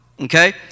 Okay